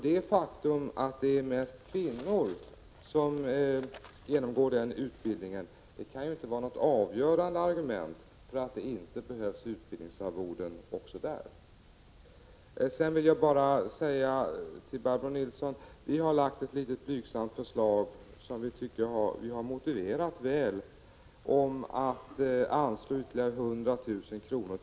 Det faktum att det är mest kvinnor som genomgår den utbildningen kan inte vara något avgörande argument för att det inte skulle behövas utbildningsarvoden också där. Till Barbro Nilsson vill jag säga att vi har lagt ett litet blygsamt förslag, som vi tycker att vi har modererat väl, om ett anslag på ytterligare 100 000 kr.